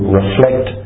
reflect